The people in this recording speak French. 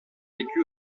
vécu